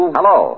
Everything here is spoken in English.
Hello